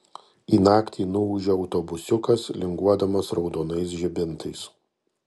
į naktį nuūžia autobusiukas linguodamas raudonais žibintais